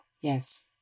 Yes